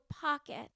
pocket